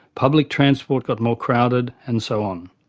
public transport got more crowded and so on.